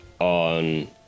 on